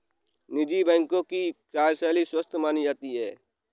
निजी बैंकों की कार्यशैली स्वस्थ मानी जाती है